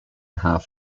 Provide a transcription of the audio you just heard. half